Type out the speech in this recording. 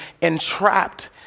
entrapped